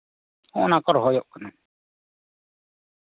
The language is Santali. ᱱᱚᱶᱟ ᱠᱚ ᱨᱚᱦᱚᱭᱚᱜ ᱠᱟᱱᱟ